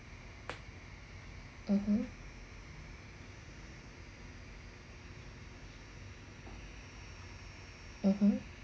(uh huh) (uh huh)